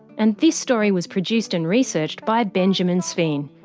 and this story was produced and researched by benjamin sveen.